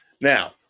Now